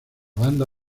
banda